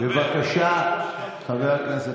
בבקשה שקט.